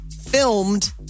filmed